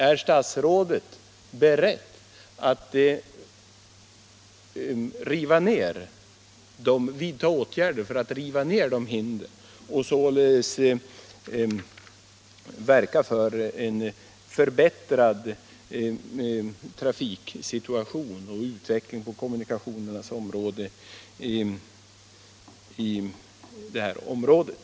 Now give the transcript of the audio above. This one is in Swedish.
Är statsrådet beredd att vidta åtgärder för Om informationen att riva ned de hindren och således verka för en förbättrad trafiksituation — rörande televerkets och utveckling av kommunikationerna i det här området?